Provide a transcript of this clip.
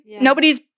nobody's